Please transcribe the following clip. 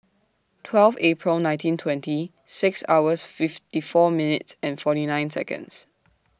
twelve April nineteen twenty six hours fifty four minutes and forty nine Seconds